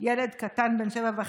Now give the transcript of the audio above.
ילד קטן בן שבע וחצי,